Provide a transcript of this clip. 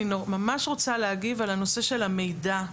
אני ממש רוצה להגיב על הנושא של המידע,